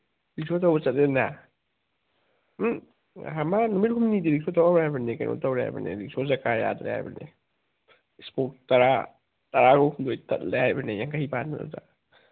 rickshaw ꯊꯧꯕ ꯆꯠꯂꯤꯝꯅꯦ ꯃꯥ ꯅꯨꯃꯤꯠ ꯍꯨꯝꯅꯤꯗꯨꯗꯤ ꯔꯤꯛꯁꯣ ꯊꯧꯔꯔꯣꯏ ꯍꯥꯏꯕꯅꯤ ꯀꯩꯅꯣ ꯇꯧꯔꯦ ꯍꯥꯏꯕꯅꯤ ꯔꯤꯛꯁꯣ ꯆꯀꯥ ꯌꯥꯗ꯭ꯔꯦ ꯍꯥꯏꯕꯅꯤ ꯏꯁꯄꯣꯛ ꯇꯔꯥ ꯇꯔꯥꯒꯍꯨꯝꯗꯣꯏ ꯇꯠꯂꯦ ꯍꯥꯏꯕꯅꯤ ꯌꯥꯡꯈꯩ ꯄꯥꯟꯕꯗꯨꯗ